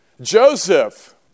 Joseph